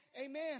Amen